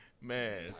Man